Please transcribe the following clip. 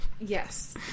Yes